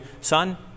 Son